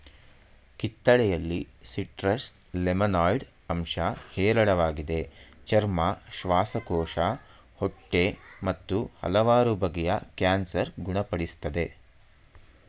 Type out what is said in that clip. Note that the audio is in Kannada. ಕಿತ್ತಳೆಯಲ್ಲಿ ಸಿಟ್ರಸ್ ಲೆಮನಾಯ್ಡ್ ಅಂಶ ಹೇರಳವಾಗಿದೆ ಚರ್ಮ ಶ್ವಾಸಕೋಶ ಹೊಟ್ಟೆ ಮತ್ತು ಹಲವಾರು ಬಗೆಯ ಕ್ಯಾನ್ಸರ್ ಗುಣ ಪಡಿಸ್ತದೆ